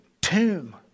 tomb